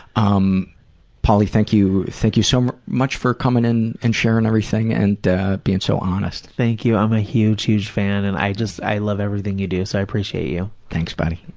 um pauly, thank you, thank you so um much for coming and sharing everything and being so honest. thank you. i'm a huge, huge fan, and i just, i love everything you do, so i appreciate you. thanks, buddy.